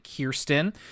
Kirsten